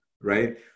right